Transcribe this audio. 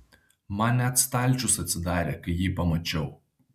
man net stalčius atsidarė kai jį pamačiau